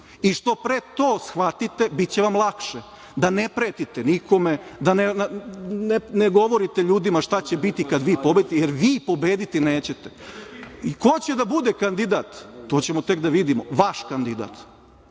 Što pre to shvatite, biće vam lakše da ne pretite nikome, da ne govorite ljudima šta će biti kad vi pobedite, jer vi pobediti nećete. Ko će da bude kandidat, to ćemo tek da vidimo, vaš kandidat.